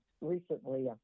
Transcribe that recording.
recently